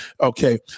Okay